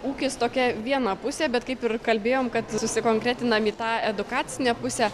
ūkis tokia viena pusė bet kaip ir kalbėjom kad susikonkretinam į tą edukacinę pusę